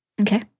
Okay